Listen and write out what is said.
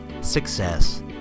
success